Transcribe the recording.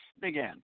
begin